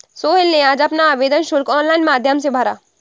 सोहेल ने आज अपना आवेदन शुल्क ऑनलाइन माध्यम से भरा